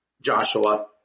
Joshua